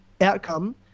outcome